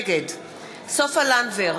נגד סופה לנדבר,